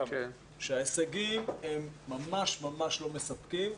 שההישגים הם ממש לא מספקים.